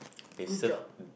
good job